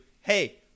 hey